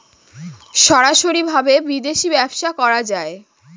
সরাসরি ভাবে বিদেশী ব্যবসা করা যায়